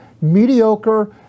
mediocre